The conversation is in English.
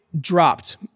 dropped